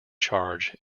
charge